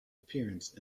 appearance